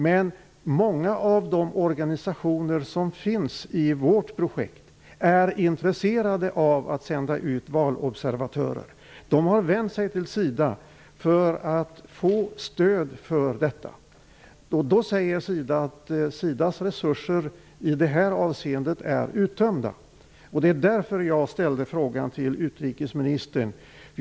Men många av de organisationer som finns i vårt projekt är intresserade av att sända ut valobservatörer. De har vänt sig till SIDA för att få stöd för detta. Men SIDA säger att dess resurser i detta avseende är uttömda. Det är därför jag ställde frågan till utrikesministern.